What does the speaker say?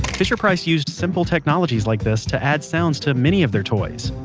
fisher price used simple technologies like this to add sounds to many of their toys.